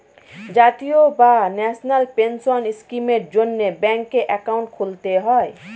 জাতীয় বা national pension স্কিমের জন্যে ব্যাঙ্কে অ্যাকাউন্ট খুলতে হয়